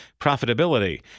profitability